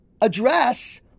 address